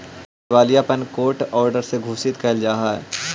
दिवालियापन court order से घोषित कैल जा हई